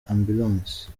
ambulance